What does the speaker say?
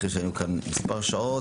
אחרי שהיינו כאן מספר שעות.